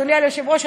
אדוני היושב-ראש,